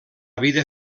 vida